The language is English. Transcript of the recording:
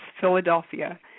Philadelphia